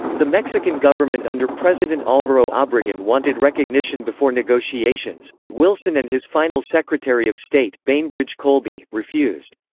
the mexican government under president alvaro obregon wanted recognition before negotiations, but wilson and his final secretary of state, bainbridge colby, refused.